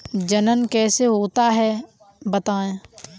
जनन कैसे होता है बताएँ?